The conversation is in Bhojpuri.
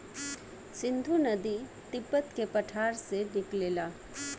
सिन्धु नदी तिब्बत के पठार से निकलेला